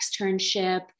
externship